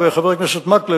וחבר הכנסת מקלב,